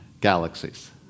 galaxies